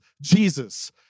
Jesus